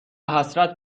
حسرت